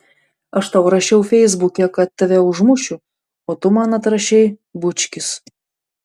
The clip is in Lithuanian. aš tau rašiau feisbuke kad tave užmušiu o tu man atrašei bučkis